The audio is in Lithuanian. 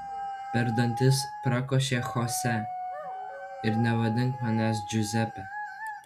per dantis prakošė chose ir nevadink manęs džiuzepe